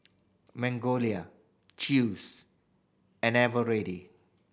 Magnolia Chew's and Eveready